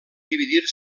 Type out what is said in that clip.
dividir